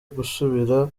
gusubirayo